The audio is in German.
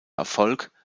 erfolg